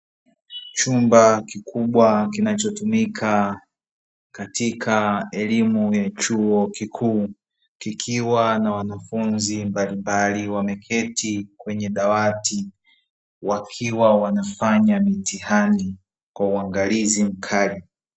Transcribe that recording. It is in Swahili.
Chumba kikubwa kinachotumika katika elimu ya chuo kikuu, kikiwa na wanafunzi mbalimbali wameketi kwenye dawati, wakiwa wanafanya mitihani kwa uangalizi mkali.